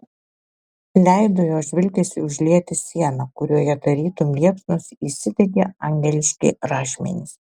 leido jos žvilgesiui užlieti sieną kurioje tarytum liepsnos įsidegė angeliški rašmenys